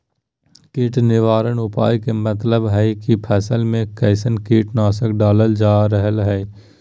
कीट निवारक उपाय के मतलव हई की फसल में कैसन कीट नाशक डालल जा रहल हई